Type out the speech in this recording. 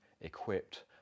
equipped